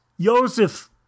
Joseph